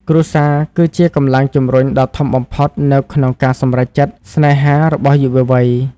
គ្រួសារ គឺជាកម្លាំងជំរុញដ៏ធំបំផុតនៅក្នុងការសម្រេចចិត្តស្នេហារបស់យុវវ័យ។